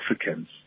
Africans